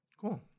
Cool